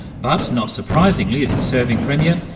but not surprisingly, as a serving premier,